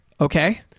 okay